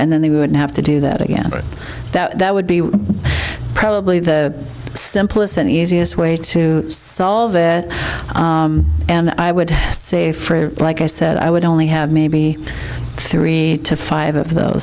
and then they wouldn't have to do that again but that would be probably the simplest and easiest way to solve it and i would say for like i said i would only have maybe three to five of tho